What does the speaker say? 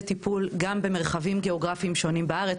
טיפול גם במרחבים גיאוגרפיים שונים בארץ,